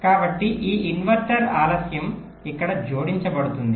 కాబట్టి ఈ ఇన్వర్టర్ ఆలస్యం ఇక్కడ జోడించబడుతుంది